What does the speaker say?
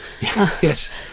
Yes